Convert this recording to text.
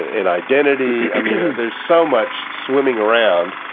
and identity. i mean there's so much swimming around.